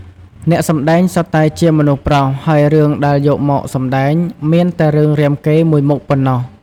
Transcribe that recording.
អ្នកសម្ដែងសុទ្ធតែជាមនុស្សប្រុស ហើយរឿងដែលយកមកសម្តែងមានតែរឿងរាមកេរ្តិ៍មួយមុខប៉ុណ្ណោះ។